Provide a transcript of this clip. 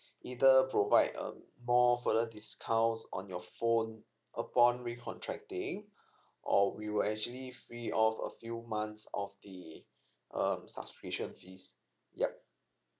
either provide a more further discounts on your phone upon re contracting or we will actually free off a few months of the um subscription fees ya